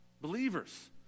believers